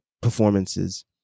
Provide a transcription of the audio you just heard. performances